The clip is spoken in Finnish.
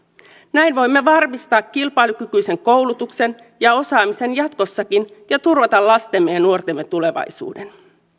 näin voimme varmistaa kilpailukykyisen koulutuksen ja osaamisen jatkossakin ja turvata lastemme ja nuortemme tulevaisuuden